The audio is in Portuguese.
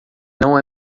não